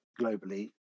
globally